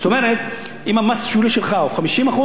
זאת אומרת, אם המס השולי שלך הוא 50%,